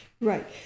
Right